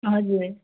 हजुर